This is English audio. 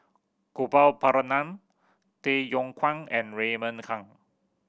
Gopal Baratham Tay Yong Kwang and Raymond Kang